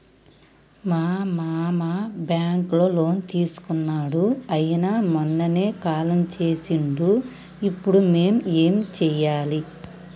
మా మామ బ్యాంక్ లో లోన్ తీసుకున్నడు అయిన మొన్ననే కాలం చేసిండు ఇప్పుడు మేం ఏం చేయాలి?